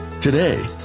Today